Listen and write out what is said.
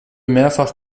mehrfach